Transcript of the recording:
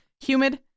Humid